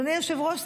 אדוני היושב-ראש?